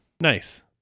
Nice